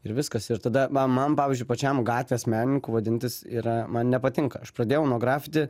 ir viskas ir tada va man pavyzdžiui pačiam gatvės menininku vadintis yra man nepatinka aš pradėjau nuo grafiti